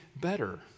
better